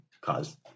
cause